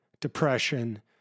depression